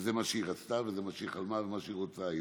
שזה מה שהיא רצתה וזה מה שהיא חלמה ומה שהיא רוצה היום,